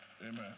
amen